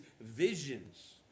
visions